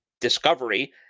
Discovery